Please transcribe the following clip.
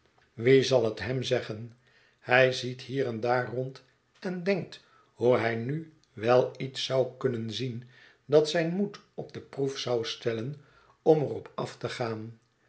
wie zal het hem zeggen hij ziet hier en daar rond en denkt hoe hij nu wel iets zou kunnen zien dat zijn moed op de proef zou stellen om er op af te gaan